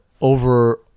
over